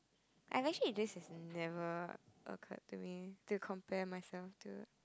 I actually this has never occurred to me to compare myself to